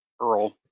Earl